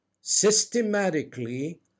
systematically